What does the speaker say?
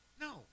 No